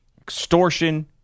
Extortion